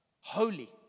holy